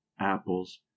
apples